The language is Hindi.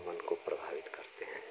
मन को प्रभावित करते हैं